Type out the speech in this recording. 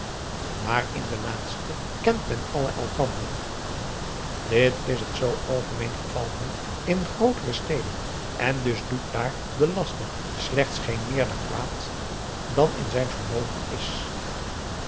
maar in de laatste kent men alle elkander dit is het zoo algemeen geval niet in grootere steden en dus doet daar de laster slechts geen meerder kwaad dan in zijn vermogen is